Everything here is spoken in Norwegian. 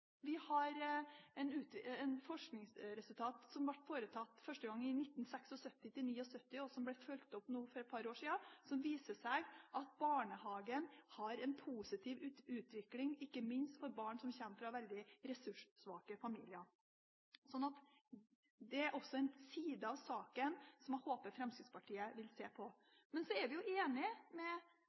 Vi har resultater fra forskning som ble foretatt første gang i 1976–1979, og som ble fulgt opp nå for et par år siden, som viser at barnehagen bidrar til en positiv utvikling, ikke minst for barn som kommer fra veldig ressurssvake familier. Det er også en side av saken som jeg håper Fremskrittspartiet vil se på. Men vi er enig med Fremskrittspartiet med